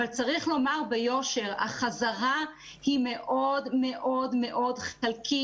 אבל צריך לומר ביושר שהחזרה היא מאוד מאוד חלקית.